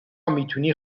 میتونی